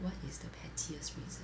what is the pettiest reason